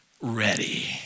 ready